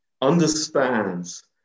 Understands